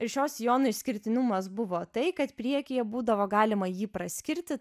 šio sijono išskirtinumas buvo tai kad priekyje būdavo galima jį praskirti